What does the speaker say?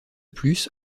plus